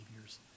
years